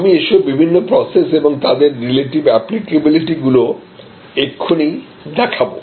আমি এইসব বিভিন্ন প্রসেস এবং তাদের রিলেটিভ অ্যাপ্লিকাবিলিটি এক্ষুনি দেখাবো